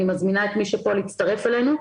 אני מזמינה את מי שפה להצטרף אלינו.